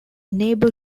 neighbour